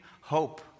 hope